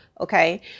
Okay